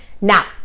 Now